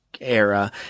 era